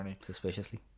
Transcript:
suspiciously